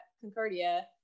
Concordia